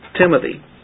Timothy